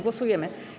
Głosujemy.